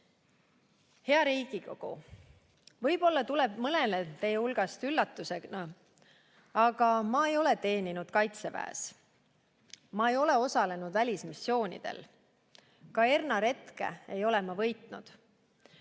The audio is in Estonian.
Hea Riigikogu! Võib-olla tuleb mõnele teie hulgast üllatusena, aga ma ei ole teeninud kaitseväes. Ma ei ole osalenud välismissioonidel, ka Erna retke ei ole ma võitnud.